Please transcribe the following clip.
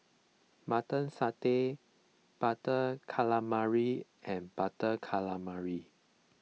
Mutton Satay Butter Calamari and Butter Calamari